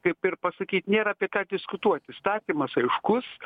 kaip ir pasakyt nėra apie ką diskutuot įstatymas aiškus